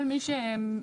כל מי שמבין,